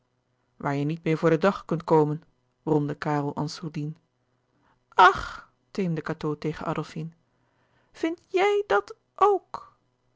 waar je niet meê voor den dag kunt komen bromde karel en sourdine ach teemde cateau tegen adolfine vindt jij dat ok